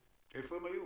איפה הן היו?